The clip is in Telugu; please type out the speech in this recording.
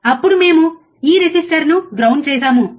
అప్పుడు మేము ఈ రెసిస్టర్ను గ్రౌండ్ చేసాము